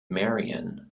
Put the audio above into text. marion